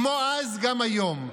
כמו אז גם היום,